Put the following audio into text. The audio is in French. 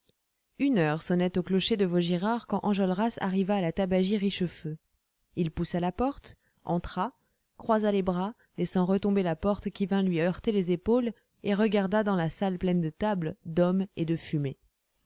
une heure sonnait au clocher de vaugirard quand enjolras arriva à la tabagie richefeu il poussa la porte entra croisa les bras laissant retomber la porte qui vint lui heurter les épaules et regarda dans la salle pleine de tables d'hommes et de fumée